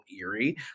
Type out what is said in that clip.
eerie